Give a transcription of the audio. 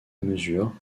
mesure